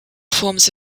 forms